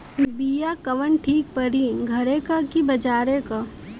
बिया कवन ठीक परी घरे क की बजारे क?